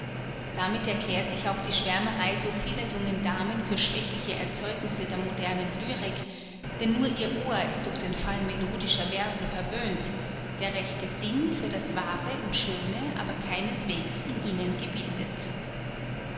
damit erklärt sich auch die schwärmerei so vieler jungen damen für schwächliche erzeugnisse der modernen lyrik denn nur ihr ohr ist durch den fall melodischer verse verwöhnt der rechte sinn für das wahre und schöne aber keineswegs in ihnen gebildet